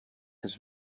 his